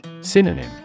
Synonym